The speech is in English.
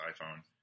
iPhone